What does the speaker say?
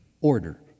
order